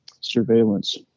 surveillance